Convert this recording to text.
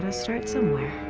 um start somewhere